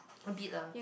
a bit lah